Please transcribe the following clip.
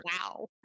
wow